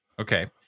Okay